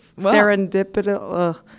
Serendipitous